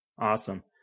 Awesome